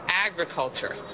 Agriculture